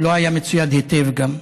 הוא לא היה מצויד היטב, גם.